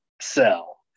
sell